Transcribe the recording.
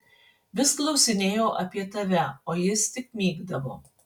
vis klausinėjau apie tave o jis tik mykdavo